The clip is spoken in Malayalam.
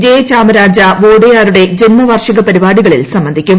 ജയചാമരാജ വാഡയാറുടെ ജന്മവാർഷിക പരിപാട്ടികളിൽ സംബന്ധിക്കും